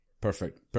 Perfect